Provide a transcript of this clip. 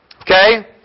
Okay